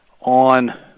on